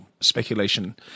speculation